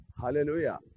Hallelujah